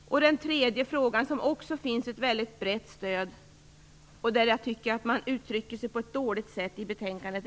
Det tredje exemplet - även här finns det ett brett stöd - gäller djurskyddsfrågorna. Jag tycker att man uttrycker sig dåligt i betänkandet.